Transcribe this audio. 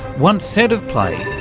once said of play,